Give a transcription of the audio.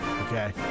okay